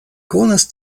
konas